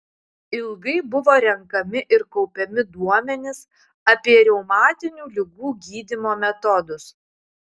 ilgai buvo renkami ir kaupiami duomenys apie reumatinių ligų gydymo metodus